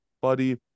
buddy